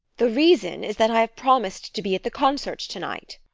the reason is that i have promised to be at the concert to-night.